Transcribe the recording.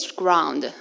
ground